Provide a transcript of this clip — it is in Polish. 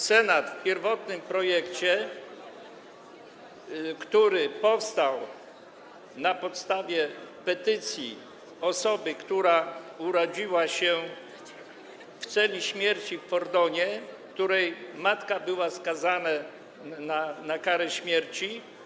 Senat w pierwotnym projekcie, który powstał na podstawie petycji osoby, która urodziła się w celi śmierci w Fordonie, której matka była skazana na karę śmierci.